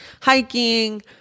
Hiking